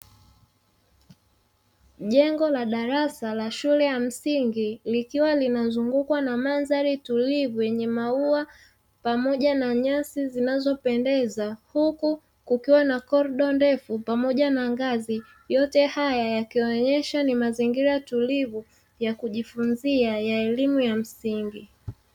Jengo la darasa la shule ya msingi, likiwa linazungukwa na mandhari tulivu yenye maua pamoja na nyasi zinazopendeza, huku kukiwa na korido ndefu pamoja na ngazi. Yote haya yakionesha ni mazingira tulivu ya kujifunzia ya elimu ya msingi.